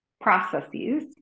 processes